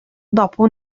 dopo